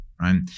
Right